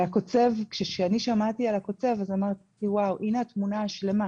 כשאני שמעתי על הקוצב אמרתי: הנה התמונה השלמה,